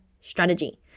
strategy